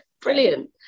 Brilliant